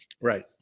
right